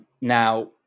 Now